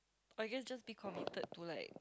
I guess just be committed to like